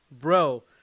Bro